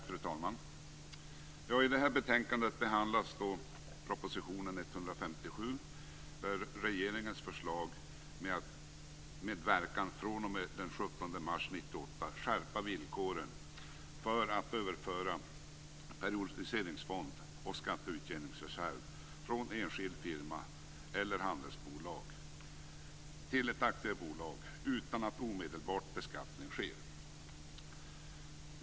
Fru talman! I detta betänkande behandlas propositionen 1997/98:157, som är regeringens förslag om att med verkan fr.o.m. den 17 mars 1998 skärpa villkoren för överföring av periodiseringsfond och skatteutjämningsreserv från enskild firma eller handelsbolag till ett aktiebolag utan att omedelbar beskattning sker.